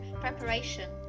preparation